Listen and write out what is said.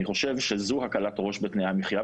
אני חושבת שזו הקלת ראש בתנאי המחיה,